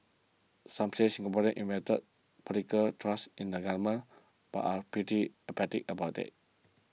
some say Singaporeans invested political trust in the government but are pretty apathetic about it